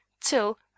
till